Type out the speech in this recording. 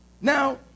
Now